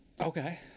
Okay